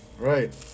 Right